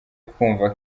kumva